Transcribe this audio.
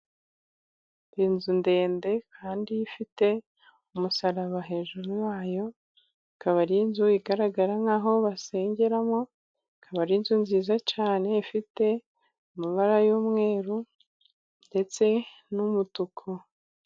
Inzu ndende kandi ifite umusaraba hejuru yayo. Ikaba ari inzu igaragara nkaho basengeramo, ikaba ari inzu nziza cyane ifite amabara y'umweru ndetse n'umutuku.